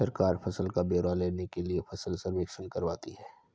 सरकार फसल का ब्यौरा लेने के लिए फसल सर्वेक्षण करवाती है